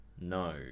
no